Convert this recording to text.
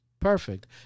perfect